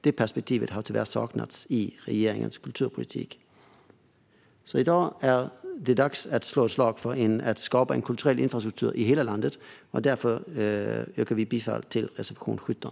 Det perspektivet har tyvärr saknats i regeringens kulturpolitik. I dag är det dags att slå ett slag för att skapa en kulturell infrastruktur i hela landet. Därför yrkar vi bifall till reservation 17.